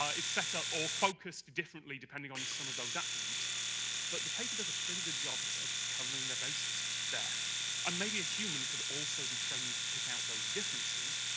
ah is set up or focused differently depending on some of those attributes but the paper does a pretty good job of covering their bases there and maybe a human could also be trained to pick out those differences,